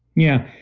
yeah.